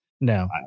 No